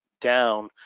down